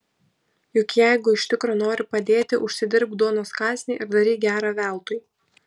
juk jeigu iš tikro nori padėti užsidirbk duonos kąsnį ir daryk gera veltui